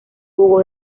jugó